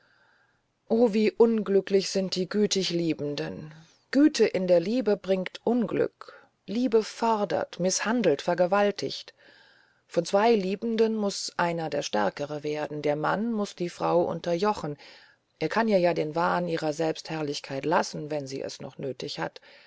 o wie unglücklich sind die gütigen liebenden güte in der liebe bringt unglück liebe ist nie gütig liebe fordert mißhandelt vergewaltigt von zwei liebenden muß einer der stärkere werden der mann muß die frau unterjochen er kann ihr ja den wahn ihrer selbstherrlichkeit lassen wenn sie es noch nötig hat